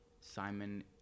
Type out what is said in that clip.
Simon